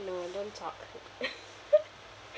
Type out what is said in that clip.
no don't talk